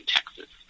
Texas